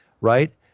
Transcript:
right